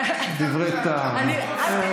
דברי טעם.